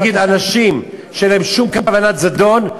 נגד אנשים שאין להם שום כוונת זדון,